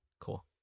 Cool